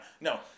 No